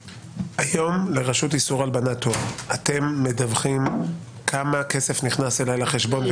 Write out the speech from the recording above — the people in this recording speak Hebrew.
האם אתם מדווחים היום לרשות לאיסור הון כמה כסף נכנס לחשבון אליי,